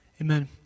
Amen